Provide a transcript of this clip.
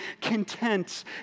content